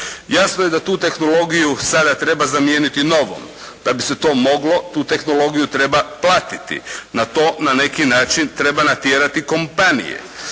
Jasno je da tu tehnologiju sada treba zamijeniti novom. Da bi se to moglo tu tehnologiju treba platiti. Na to na neki način treba natjerati kompanije.